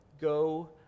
go